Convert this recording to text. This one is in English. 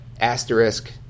asterisk